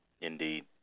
Indeed